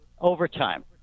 overtime